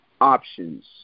options